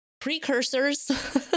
precursors